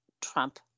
Trump